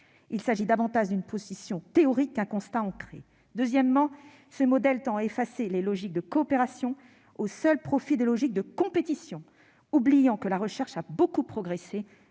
Il s'agit davantage d'une position théorique que d'un constat ancré. Deuxièmement, ce modèle tend à effacer les logiques de coopération au seul profit des logiques de compétition, oubliant que la recherche a beaucoup progressé